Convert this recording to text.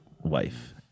wife